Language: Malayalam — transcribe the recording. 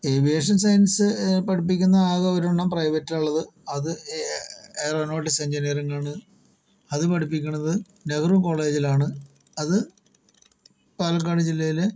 ഏവിയേഷൻ സയൻസ് പഠിപ്പിക്കുന്ന ആകെ ഒരെണ്ണം പ്രൈവറ്റുള്ളത് അത് ഏറോനോട്ടിസ്സ് എൻജിനീയറിങ്ങാണ് അത് പഠിപ്പിക്കണത് നെഹ്റു കോളേജിലാണ് അത് പാലക്കാട് ജില്ലയിലെ